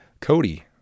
Cody